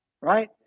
right